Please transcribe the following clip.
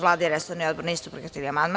Vlada i resorni odbor nisu prihvatili amandman.